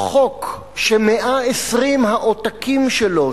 חוק ש-120 העותקים שלו,